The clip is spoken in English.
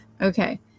Okay